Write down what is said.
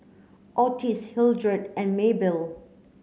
Ottis Hildred and Maybelle